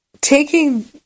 Taking